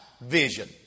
vision